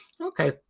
Okay